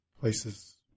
places